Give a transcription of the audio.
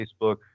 Facebook